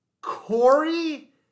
Corey